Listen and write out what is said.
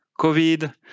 COVID